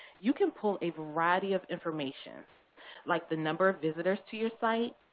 you can pull a variety of information like the number of visitors to your site,